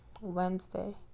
Wednesday